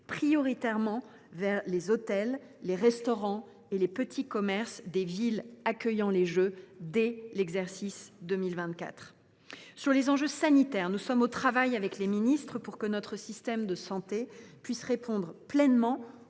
prioritairement vers les hôtels, restaurants et petits commerces des villes accueillant les Jeux, dès l’exercice 2024. Sur les enjeux sanitaires, nous sommes au travail avec les ministres compétents pour que notre système de santé réponde pleinement